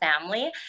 family